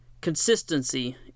Consistency